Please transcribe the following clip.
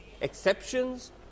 exceptions